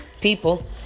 people